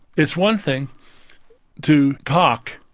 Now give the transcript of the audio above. it's one thing to talk,